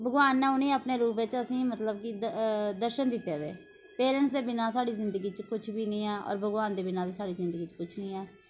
भगवान ने उनें गी अपने रूप च असे मतलब कि दर्शन दित्ते दे ते पेरेंट्स दे बिना साढ़ी ज़िंदगी च कुछ बी नी ऐ होर भगवान दे बिना बी साढ़ी ज़िंदगी च कुछ नी ऐ